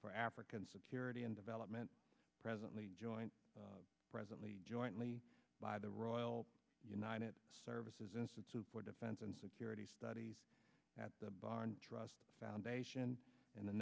for african security and development presently joined presently jointly by the royal united services institute for defense and security studies at the barn trust foundation and the